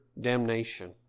damnation